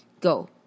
go